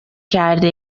کرده